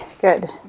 good